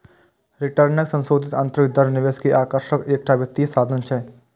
रिटर्नक संशोधित आंतरिक दर निवेश के आकर्षणक एकटा वित्तीय साधन छियै